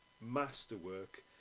masterwork